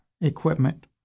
equipment